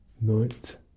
night